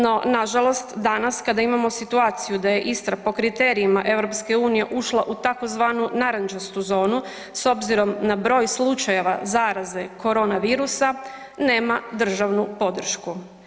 No, nažalost danas kada imamo situaciju da je Istra po kriterijima EU ušla u tzv. narančastu zonu s obzirom na broj slučajeva zaraze koronavirusa nema državnu podršku.